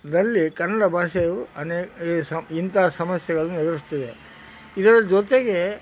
ದಲ್ಲಿ ಕನ್ನಡ ಭಾಷೆಯು ಅನೆ ಈ ಸ ಇಂತಹ ಸಮಸ್ಯೆಗಳನ್ನು ಎದುರಿಸ್ತಿದೆ ಇದರ ಜೊತೆಗೆ